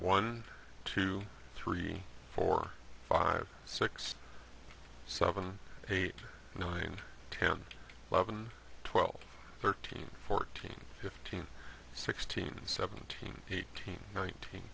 one two three four five six seven eight nine ten eleven twelve thirteen fourteen fifteen sixteen seventeen eighteen nineteen